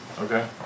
Okay